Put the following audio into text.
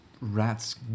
Rat's